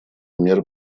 мер